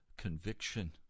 conviction